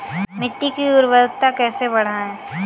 मिट्टी की उर्वरता कैसे बढ़ाएँ?